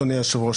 אדוני היושב-ראש,